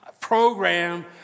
program